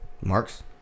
Mark's